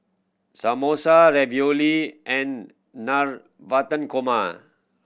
Samosa Ravioli and Navratan Korma